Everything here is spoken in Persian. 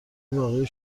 واقعی